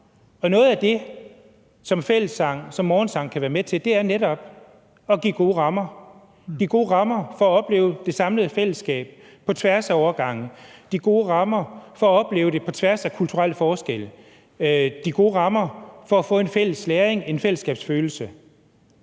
og noget af det, som fællessang, som morgensang kan være med til, er netop at give gode rammer – de gode rammer for at opleve det samlede fællesskab på tværs af årgange, de gode rammer for at opleve det på tværs af kulturelle forskelle, de gode rammer for at få en fælles læring, en fællesskabsfølelse.